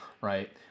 right